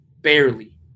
barely